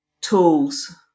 tools